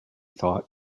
thought